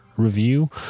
review